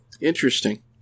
Interesting